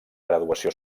graduació